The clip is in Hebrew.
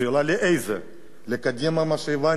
לקדימה, ממה שהבנתי, הוא כבר לא שייך.